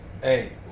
Hey